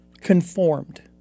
conformed